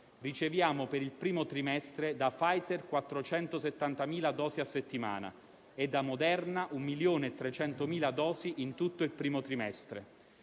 Riceviamo per il primo trimestre da Pfizer 470.000 dosi a settimana e da Moderna 1.300.000 dosi in tutto il primo trimestre.